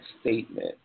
statement